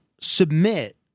submit